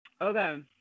Okay